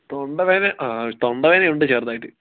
തൊണ്ടവേദന ആ തൊണ്ടവേദന ഉണ്ട് ചെറുതായിട്ട്